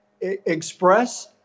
express